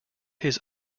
his